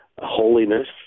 holiness